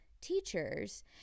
teachers